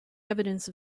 evidence